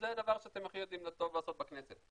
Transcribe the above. שזה דבר שאתם הכי יודעים לעשות טוב בכנסת.